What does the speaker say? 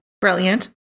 Brilliant